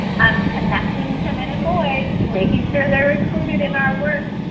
connecting to men and boys, making sure they're included in our work.